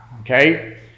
Okay